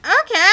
Okay